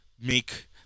make